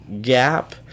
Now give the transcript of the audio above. gap